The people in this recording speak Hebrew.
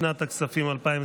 לשנת הכספים 2023,